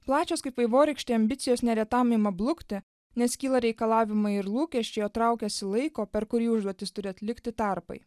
plačios kaip vaivorykštė ambicijos neretam ima blukti nes kyla reikalavimai ir lūkesčiai o traukiasi laiko per kurį užduotis turi atlikti tarpai